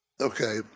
Okay